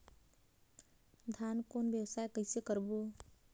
धान कौन व्यवसाय कइसे करबो?